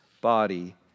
body